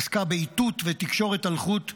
עסקה באיתות ובתקשורת אלחוט.